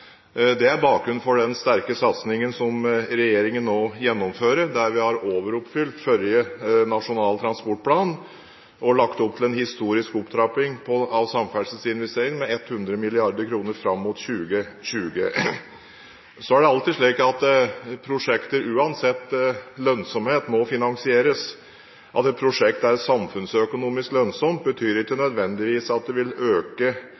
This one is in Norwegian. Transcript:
Det er bakgrunnen for den sterke satsingen som regjeringen nå gjennomfører, der vi har overoppfylt forrige Nasjonal transportplan og lagt opp til en historisk opptrapping av samferdselsinvesteringene med 100 mrd. kr fram mot 2020. Så er det alltid slik at prosjekter, uansett lønnsomhet, må finansieres. At et prosjekt er samfunnsøkonomisk lønnsomt, betyr ikke nødvendigvis at det vil øke